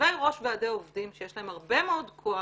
יושבי ראש ועדי עובדים שיש להם הרבה מאוד כוח